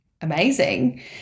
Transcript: amazing